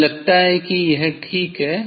मुझे लगता है कि यह ठीक है